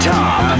Top